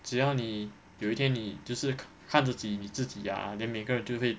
只要你有一天你就是看看自己你自己 ya then 每个人就会